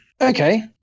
Okay